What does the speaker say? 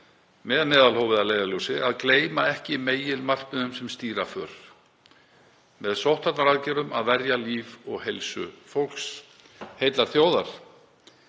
með meðalhóf að leiðarljósi, að gleyma ekki meginmarkmiðum sem stýra för með sóttvarnaaðgerðunum; að verja líf og heilsu fólks heillar þjóðar.